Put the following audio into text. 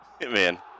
Man